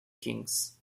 kings